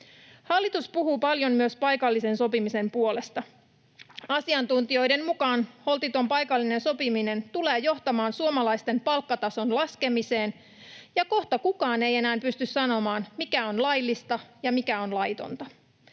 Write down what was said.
Hallitus puhuu paljon myös paikallisen sopimisen puolesta. Asiantuntijoiden mukaan holtiton paikallinen sopiminen tulee johtamaan suomalaisten palkkatason laskemiseen, ja kohta kukaan ei enää pysty sanomaan, mikä on laillista ja mikä on laitonta.